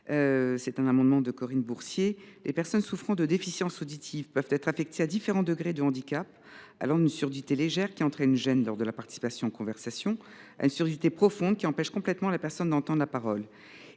cet amendement au nom de Corinne Bourcier. Les personnes souffrant de déficiences auditives peuvent être affectées à différents degrés de handicap, allant d’une surdité légère, qui entraîne une gêne lors de la participation aux conversations, à une surdité profonde, qui empêche complètement la personne d’entendre la parole.